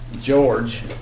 George